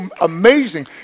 amazing